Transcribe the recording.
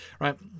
right